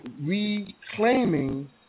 reclaiming